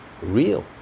real